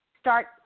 start